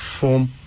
form